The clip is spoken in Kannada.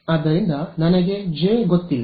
ಆದ್ದರಿಂದ ನನಗೆ ಜೆ ಗೊತ್ತಿಲ್ಲ